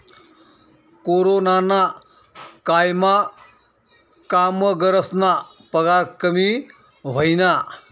कोरोनाना कायमा कामगरस्ना पगार कमी व्हयना